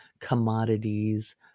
commodities